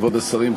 כבוד השרים,